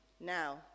Now